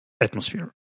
atmosphere